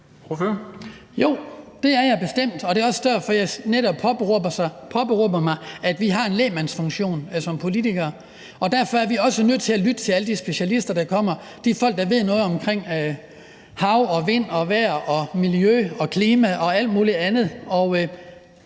Jo, det er jeg bestemt, og det er også, derfor jeg netop påberåber mig, at vi har en lægmandsfunktion som politikere. Derfor er vi også nødt til at lytte til alle de specialister, der kommer – de folk, der ved noget om hav og vind og vejr og miljø og klima og alt muligt andet.